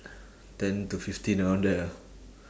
ten to fifteen around there ah